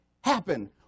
happen